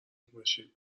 باشید